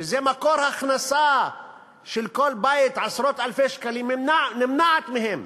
מקור הכנסה של עשרות-אלפי שקלים מכל בית נמנע מהן.